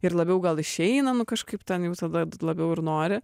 ir labiau gal išeina nu kažkaip ten jau tada labiau ir nori